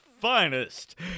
Finest